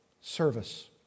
service